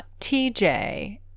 TJ